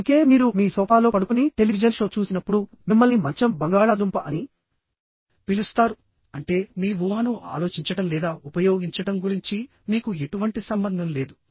అందుకే మీరు మీ సోఫాలో పడుకుని టెలివిజన్ షో చూసినప్పుడు మిమ్మల్ని మంచం బంగాళాదుంప అని పిలుస్తారుఅంటే మీ ఊహను ఆలోచించడం లేదా ఉపయోగించడం గురించి మీకు ఎటువంటి సంబంధం లేదు